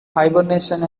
hibernation